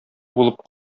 булып